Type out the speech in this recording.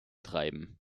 treiben